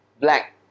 black